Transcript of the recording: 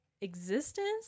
existence